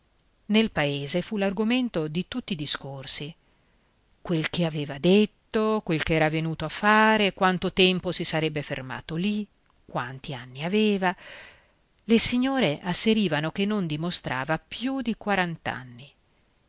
nel paese fu l'argomento di tutti i discorsi quel che aveva detto quel che era venuto a fare quanto tempo si sarebbe fermato lì quanti anni aveva le signore asserivano che non dimostrava più di